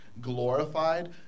glorified